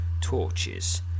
torches